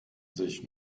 sich